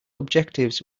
objectives